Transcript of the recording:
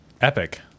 epic